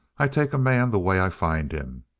i take a man the way i find him.